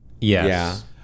Yes